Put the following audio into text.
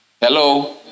Hello